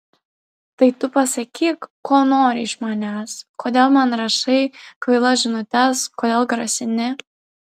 tai tu pasakyk ko nori iš manęs kodėl man rašai kvailas žinutes kodėl grasini